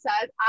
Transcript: says